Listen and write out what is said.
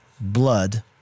blood